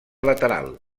lateral